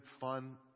fun